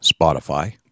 Spotify